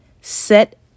Set